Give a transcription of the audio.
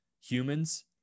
humans